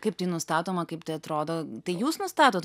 kaip tai nustatoma kaip tai atrodo tai jūs nustatot